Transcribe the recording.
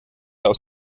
aus